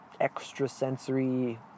extrasensory